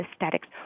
aesthetics